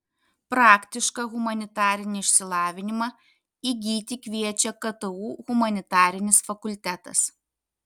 praktišką humanitarinį išsilavinimą įgyti kviečia ktu humanitarinis fakultetas